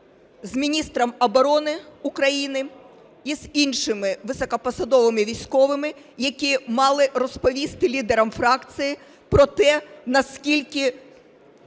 з міністром оборони України і з іншими високопосадовими військовими, які мали розповісти лідерам фракцій про те, наскільки